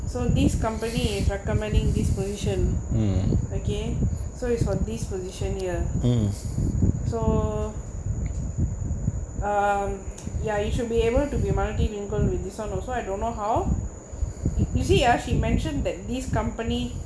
so this company is recommending this position okay so is for this position here so err ya you should be able to be multilingual with this [one] also I don't know how you see ya she mentioned that this company